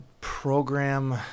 program